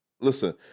listen